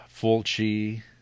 fulci